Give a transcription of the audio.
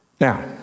Now